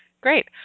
Great